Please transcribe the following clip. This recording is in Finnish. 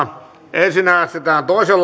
ensin äänestetään toisen